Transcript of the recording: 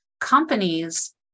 companies